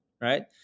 right